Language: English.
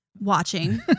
watching